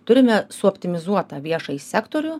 turime suoptimizuotą viešąjį sektorių